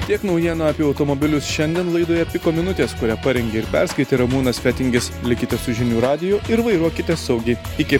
tiek naujienų apie automobilius šiandien laidoje piko minutės kurią parengė ir perskaitė ramūnas fetingis likite su žinių radiju ir vairuokite saugiai iki